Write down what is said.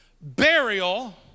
burial